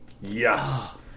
yes